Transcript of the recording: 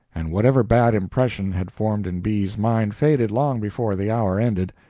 and whatever bad impression had formed in b s mind faded long before the hour ended.